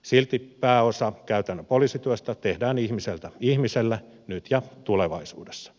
silti pääosa käytännön poliisityöstä tehdään ihmiseltä ihmiselle nyt ja tulevaisuudessa